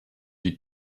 die